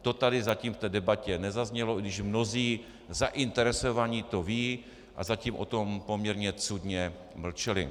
To tady zatím v té debatě nezaznělo, i když mnozí zainteresovaní to vědí a zatím o tom poměrně cudně mlčeli.